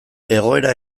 egoera